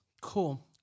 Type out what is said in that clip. Cool